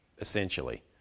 essentially